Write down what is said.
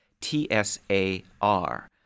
T-S-A-R